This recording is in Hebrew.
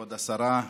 כבוד השרה,